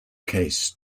case